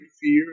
fear